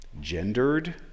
gendered